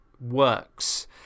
works